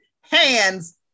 hands